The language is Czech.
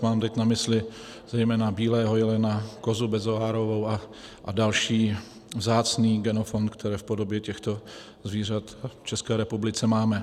Mám teď na mysli zejména bílého jelena, kozu bezoárovou a další vzácný genofond, který v podobě těchto zvířat v České republice máme.